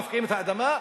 מפקיעים את האדמה,